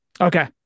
Okay